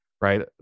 right